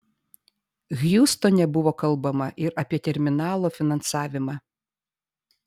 hjustone buvo kalbama ir apie terminalo finansavimą